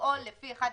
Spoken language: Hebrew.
לפעול לפי 1/12,